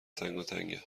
تنگاتنگ